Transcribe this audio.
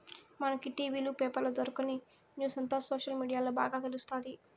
మనకి టి.వీ లు, పేపర్ల దొరకని న్యూసంతా సోషల్ మీడియాల్ల బాగా తెలుస్తాది